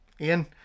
ian